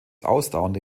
ausdauernde